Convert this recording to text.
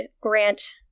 grant